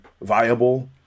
viable